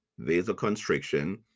Vasoconstriction